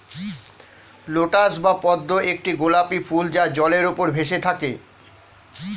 lotus বা পদ্ম একটি গোলাপী ফুল যা জলের উপর ভেসে থাকে